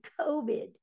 COVID